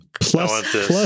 plus